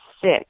six